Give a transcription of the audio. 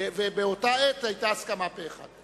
ובאותה עת היתה הסכמה פה-אחד.